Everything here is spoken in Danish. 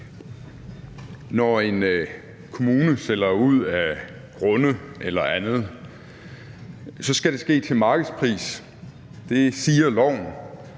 Når en kommune sælger ud af grunde eller andet, skal det ske til markedspris. Det siger loven,